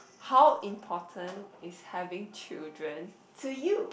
how important is having children to you